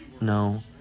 No